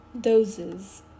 doses